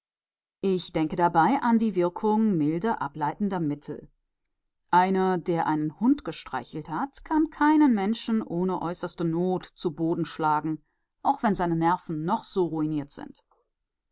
ich denke dabei an die wirkung milde ableitender mittel einer der einen hund gestreichelt hat kann keinen menschen ohne äußerste not zu boden schlagen auch wenn seine nerven noch so ruiniert sind